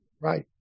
Right